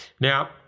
Now